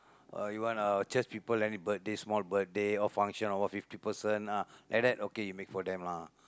uh you want uh church people any birthday small birthday or function or what fifty person ah like that okay you make for them lah